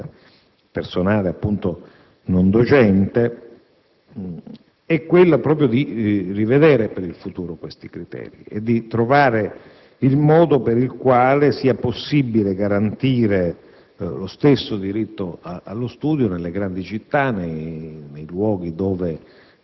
e del personale non docente) è quella proprio di rivedere per il futuro questi criteri e di trovare il modo per far sì che sia possibile garantire lo stesso diritto allo studio che c'è nelle grandi città, nei